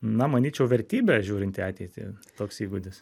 na manyčiau vertybė žiūrint į ateitį toks įgūdis